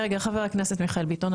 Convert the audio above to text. חבר הכנסת מיכאל ביטון,